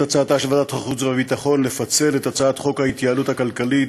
החוץ והביטחון בדבר פיצול הצעת חוק ההתייעלות הכלכלית